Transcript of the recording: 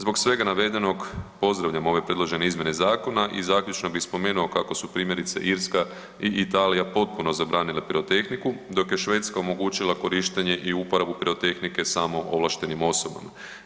Zbog svega navedenog pozdravljam ove predložene izmjene zakona i zaključno bi spomenuo kako su primjerice Irska i Italija potpuno zabranile pirotehniku, dok je Švedska omogućila korištenje i uporabu pirotehnike samo ovlaštenim osobama.